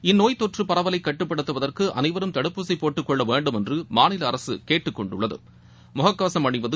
இந்த நோய்த்தொற்று பரவலை கட்டுப்படுத்துவதற்கு அனைவரும் தடுப்பூசி போட்டுக்கொள்ள வேண்டும் என்றும் மாநில அரசு கேட்டுக் கொண்டுள்ளது